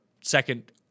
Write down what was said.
second